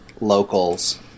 locals